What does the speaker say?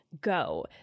go